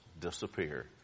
disappear